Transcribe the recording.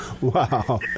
wow